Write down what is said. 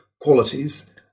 qualities